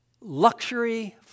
luxury